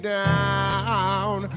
down